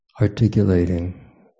articulating